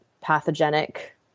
pathogenic